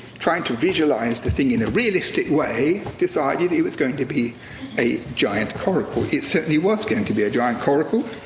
trying to visualize the thing in a realistic way, decided it was going to be a giant coracle. it certainly was going to be a giant coracle.